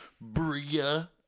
Bria